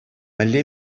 мӗнле